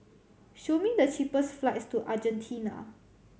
show me the cheapest flights to Argentina